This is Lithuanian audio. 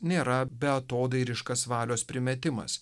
nėra beatodairiškas valios primetimas